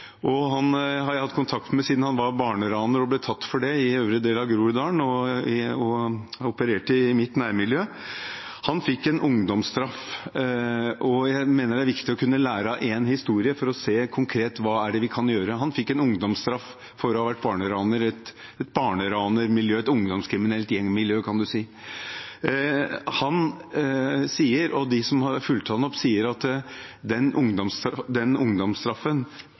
og ham har jeg hatt kontakt med siden han var barneraner og ble tatt for det, han opererte i mitt nærmiljø, i øvre del av Groruddalen. Jeg mener det er viktig å kunne lære av én historie for å se konkret hva det er vi kan gjøre. Han fikk en ungdomsstraff for å ha vært barneraner i et barneranermiljø, et ungdomskriminelt gjengmiljø, kan man si. Han sier, og de som har fulgt ham opp, sier, at den